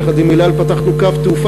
יחד עם "אל על" פתחנו שם קו תעופה,